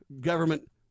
government